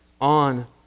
on